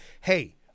hey